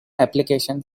application